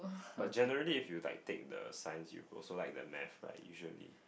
but generally if you like take the Science you also like the math right usually